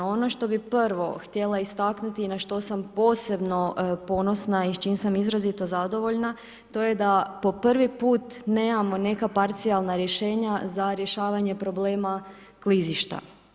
Ono što bih prvo htjela istaknuti i na što sam posebno ponosna i s čim sam izrazito zadovoljna to je da po prvi put nemamo neka parcijalna rješenja za rješavanje problema klizišta.